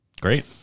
Great